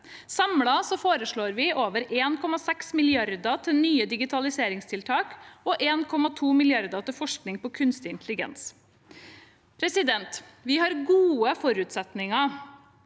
Samlet foreslår vi over 1,6 mrd. kr til nye digitaliseringstiltak og 1,2 mrd. kr til forskning på kunstig intelligens. Vi har gode forutsetninger